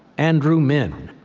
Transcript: andrew min,